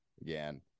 again